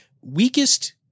weakest